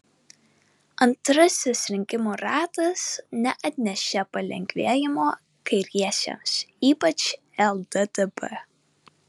antrasis rinkimų ratas neatnešė palengvėjimo kairiesiems ypač lddp